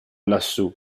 lassù